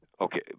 okay